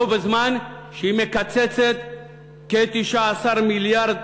בו בזמן שהיא מקצצת כ-19 מיליארד